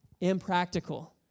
impractical